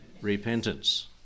repentance